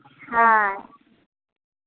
ᱦᱳᱭ